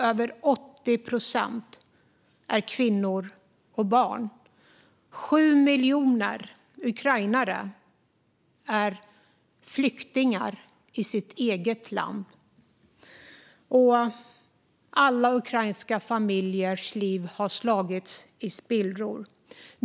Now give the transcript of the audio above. Över 80 procent är kvinnor och barn. 7 miljoner ukrainare är flyktingar i sitt eget land. Alla ukrainska familjers liv har slagits i spillror.